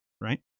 right